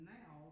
now